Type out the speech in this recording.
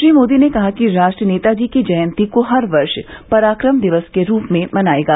श्री मोदी ने कहा कि राष्ट्र नेताजी की जयंती को हर वर्ष पराक्रम दिवस के रूप में मनाएगा